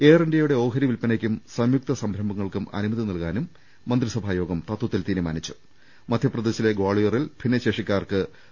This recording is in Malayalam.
എയർ ഇന്ത്യുടെ ഓഹരി വിൽപ്പനക്കും സംയുക്ത സംരംഭ ങ്ങൾക്കും അനുമതി നൽകാനും മന്ത്രിസഭാ യോഗം തത്തിൽ തീരു മധ്യപ്രദേശിലെ ഗ്വോളിയോറിൽ ഭിന്നശേഷിക്കാർക്ക് മാനിച്ചു